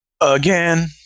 Again